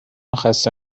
خسته